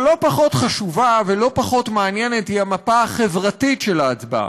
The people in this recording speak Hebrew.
אבל לא פחות חשובה ולא פחות מעניינת היא המפה החברתית של ההצבעה.